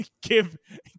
give